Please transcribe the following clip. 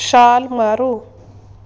ਛਾਲ ਮਾਰੋ